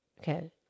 Okay